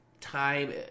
time